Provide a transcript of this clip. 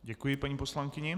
Děkuji paní poslankyni.